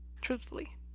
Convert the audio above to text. Truthfully